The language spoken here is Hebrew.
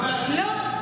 לא,